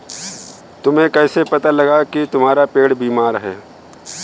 तुम्हें कैसे पता लगा की तुम्हारा पेड़ बीमार है?